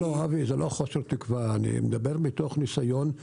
לא אבי, זה לא חוסר תקווה, אני מדבר מתוך ניסיון.